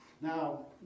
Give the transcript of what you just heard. Now